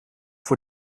voor